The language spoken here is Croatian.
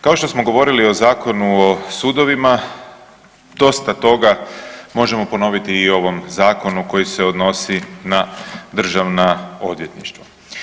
Kao što smo govorili o Zakonu o sudovima, dosta toga možemo ponoviti i o ovom Zakonu koji se odnosi na državna odvjetništva.